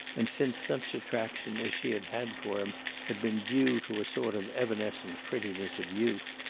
and since such attraction as she had had for him had been due to a sort of evanescent prettiness of youth,